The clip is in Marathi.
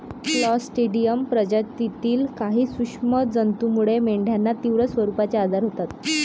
क्लॉस्ट्रिडियम प्रजातीतील काही सूक्ष्म जंतूमुळे मेंढ्यांना तीव्र स्वरूपाचे आजार होतात